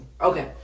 Okay